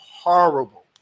horrible